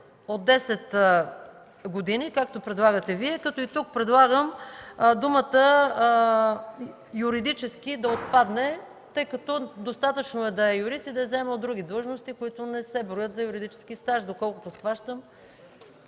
от 10 години“, както предлагате Вие, като и тук предлагам думата „юридически“ да отпадне, тъй като е достатъчно да е юрист и да е заемал други длъжности, които не се броят за юридически стаж. Доколкото схващам,